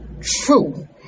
true